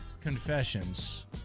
Confessions